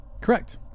Correct